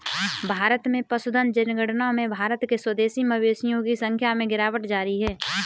भारत में पशुधन जनगणना में भारत के स्वदेशी मवेशियों की संख्या में गिरावट जारी है